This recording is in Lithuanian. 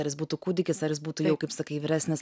ar jis būtų kūdikis ar jis būtų jau kaip sakai vyresnis